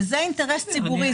וזה אינטרס ציבורי.